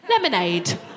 Lemonade